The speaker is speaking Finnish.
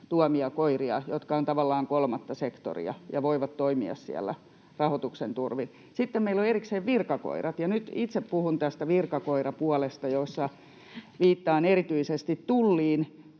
tuomia koiria, jotka ovat tavallaan kolmatta sektoria ja voivat toimia siellä rahoituksen turvin. Sitten meillä on erikseen virkakoirat, ja nyt itse puhun tästä virkakoirapuolesta, jolla viittaan erityisesti Tulliin.